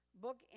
book